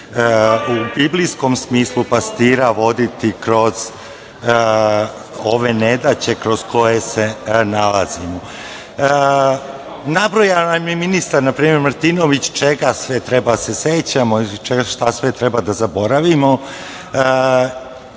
u biblijskom smislu pastira, voditi kroz ove nedaće kroz koje se nalazimo. Nabrajao nam je ministar, na primer, Martinović čega sve treba da se sećamo i šta sve treba da zaboravimo,